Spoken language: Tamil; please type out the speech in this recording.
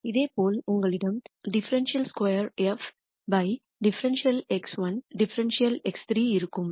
இதேபோல் உங்களிடம் ∂2 f ∂x1 ∂x3 இருக்கும்